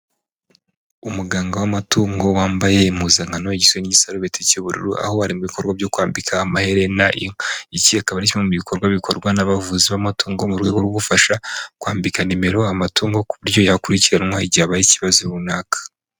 Umuganga w'amatungo wambaye impuzankano igizwe n'igisarubeti cy'ubururu, aho ari mu bikorwa byo kwambika amaherena inka. Iki akaba ari kimwe mu bikorwa bikorwa n'abavuzi b'amatungo, mu rwego rwo gufasha kwambika nimero amatungo, ku buryo yakurikiranwa igihe habaye ikibazo runaka.